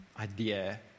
idea